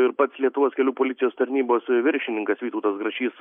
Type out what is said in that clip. ir pats lietuvos kelių policijos tarnybos viršininkas vytautas grašys